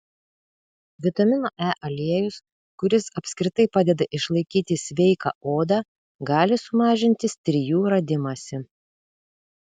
vitamino e aliejus kuris apskritai padeda išlaikyti sveiką odą gali sumažinti strijų radimąsi